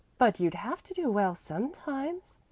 but you'd have to do well sometimes.